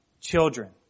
children